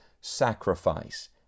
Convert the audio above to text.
sacrifice